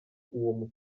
uwo